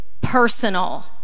personal